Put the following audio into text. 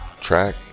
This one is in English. track